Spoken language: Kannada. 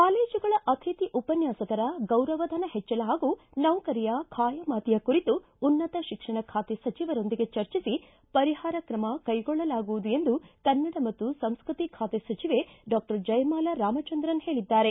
ಕಾಲೇಜುಗಳ ಅತಿಥಿ ಉಪನ್ನಾಸಕರ ಗೌರವಧನ ಹೆಚ್ಚಳ ಹಾಗೂ ಸೌಕರಿಯ ಖಾಯಮಾತಿಯ ಕುರಿತು ಉನ್ನತ ಶಿಕ್ಷಣ ಬಾತೆ ಸಚಿವರೊಂದಿಗೆ ಚರ್ಚಿಸಿ ಪರಿಹಾರ ಕ್ರಮ ಕೈಗೊಳ್ಳಲಾಗುವುದು ಎಂದು ಕನ್ನಡ ಮತ್ತು ಸಂಸ್ಕೃತಿ ಖಾತೆ ಸಚಿವ ಡಾಕ್ಟರ್ ಜಯಮಾಲಾ ರಾಮಚಂದ್ರನ್ ಹೇಳಿದ್ದಾರೆ